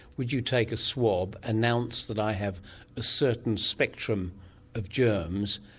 would you take a swab, announce that i have a certain spectrum of germs,